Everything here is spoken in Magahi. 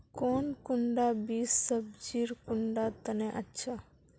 कौन कुंडा बीस सब्जिर कुंडा तने अच्छा?